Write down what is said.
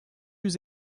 yüz